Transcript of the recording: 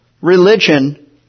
religion